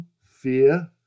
fear